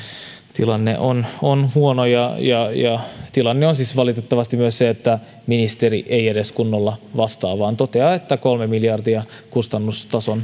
tilanne on on huono ja ja tilanne on siis valitettavasti myös se että ministeri ei edes kunnolla vastaa vaan toteaa että kolmen miljardin kustannustason